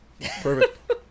Perfect